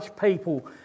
people